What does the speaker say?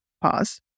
pause